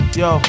yo